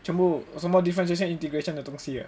全部什么 differentiation integration 的东西